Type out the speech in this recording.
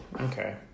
Okay